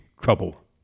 trouble